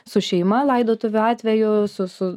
su šeima laidotuvių atveju su su